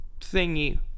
thingy